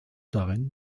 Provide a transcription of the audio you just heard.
darin